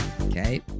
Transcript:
okay